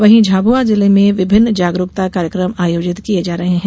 वहीं झाबुआ जिले में विभिन्न जागरूकता कार्यक्रम आयोजित किये जा रहे है